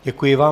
Děkuji vám.